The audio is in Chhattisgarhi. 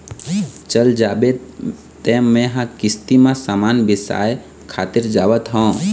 चल जाबे तें मेंहा किस्ती म समान बिसाय खातिर जावत हँव